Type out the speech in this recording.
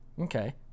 okay